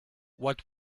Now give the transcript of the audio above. what